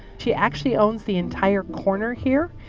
she actually owns the entire corner here.